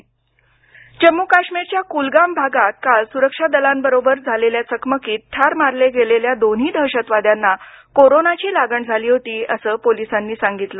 जम्म काश्मीर दहशतवादी जम्मू काश्मीरच्या कुलगाम भागात काल सुरक्षा दलांबरोबर झालेल्या चकमकीत ठार मारले गेलेल्या दोन्ही दहशतवाद्यांना कोरोनाची लागण झाली होती असं पोलिसांनी सांगितलं